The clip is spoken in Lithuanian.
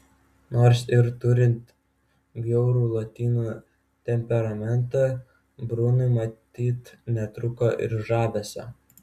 nors ir turint bjaurų lotynų temperamentą brunui matyt netrūko ir žavesio